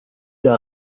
der